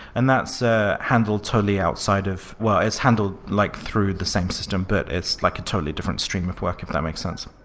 and that's ah handled totally outside of it's handled like through the same system, but it's like a totally different stream of work, if that makes sense.